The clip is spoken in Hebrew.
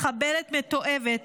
מחבלת מתועבת,